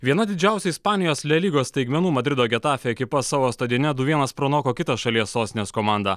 viena didžiausių ispanijos le lygos staigmenų madrido getafe ekipa savo stadione du vienas pranoko kitą šalies sostinės komandą